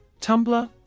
Tumblr